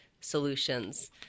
solutions